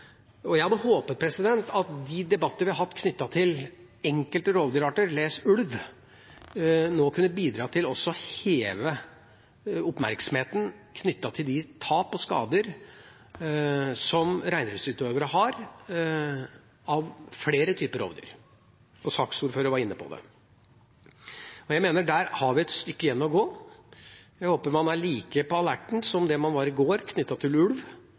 Jeg hadde håpet at de debattene vi har hatt vedrørende enkelte rovdyrarter – les: ulv – nå kunne bidra til å heve oppmerksomheten om de tap og skader som reindriftsutøvere har som følge av flere typer rovdyr. Saksordføreren var inne på det. Der har vi et stykke igjen å gå, og jeg håper man er like på alerten som vi var i går om ulv,